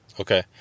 Okay